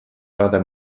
other